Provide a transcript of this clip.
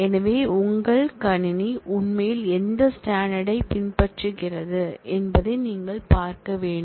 எனவே உங்கள் கணினி உண்மையில் எந்த ஸ்டேண்டர்ட் ஐ பின்பற்றுகிறது என்பதை நீங்கள் பார்க்க வேண்டும்